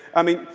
i mean,